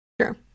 Sure